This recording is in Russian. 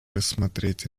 рассмотреть